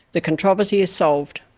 the controversy is solved.